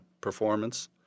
performance